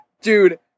Dude